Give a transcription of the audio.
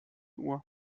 uhr